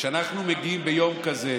אתה אורז את הציוד, מנשק את האישה,